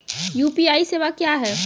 UPI सेवा क्या हैं?